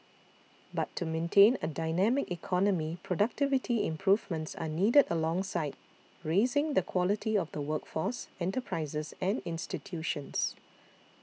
but to maintain a dynamic economy productivity improvements are needed alongside raising the quality of the workforce enterprises and institutions